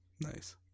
Nice